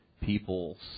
people